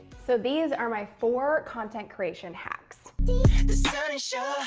so, these are my four content creation hacks. sort of